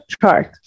chart